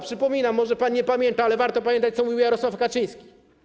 Przypominam, może pan nie pamięta, ale warto pamiętać, co mówił Jarosław Kaczyński.